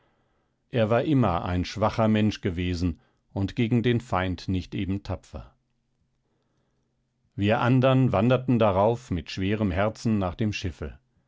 er war immer ein schwacher mensch gewesen und gegen den feind nicht eben tapfer wir andern wanderten darauf mit schwerem herzen nach dem schiffe